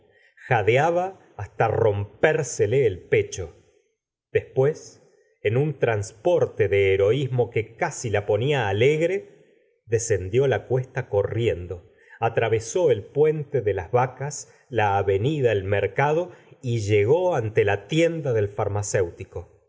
abismo jadeaba hasta rompérsele el pecho después en la señora de bovary gustavo flaubert un transporte de herolsmo que casi la ponía alegre descendió la cuesta corriendo atravesó el puente de las vacas la avenida el mercado y llegó ante la tienda del farmacéutico